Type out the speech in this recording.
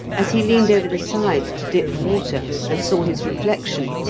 as he leaned over the side to dip water, and saw his reflection,